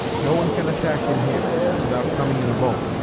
no one can attack him here, without coming in a boat,